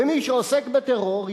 ומי שעוסק בטרור,